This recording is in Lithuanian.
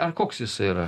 ar koks jisai yra